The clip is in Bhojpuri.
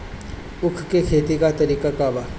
उख के खेती का तरीका का बा?